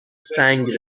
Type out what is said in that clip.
سنگ